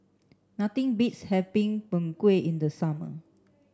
nothing beats having Png Kueh in the summer